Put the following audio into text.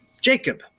Jacob